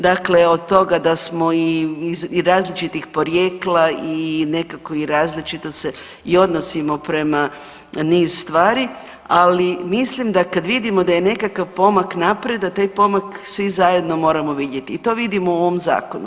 Dakle, od toga da smo i različitih porijekla i nekako i različito se odnosimo prema niz stvari, ali mislim da kad vidimo da nekakav pomak naprijed da taj pomak svi zajedno moramo vidjeti i to vidimo u ovom zakonu.